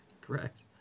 Correct